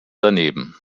daneben